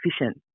efficient